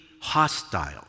hostile